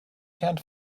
can’t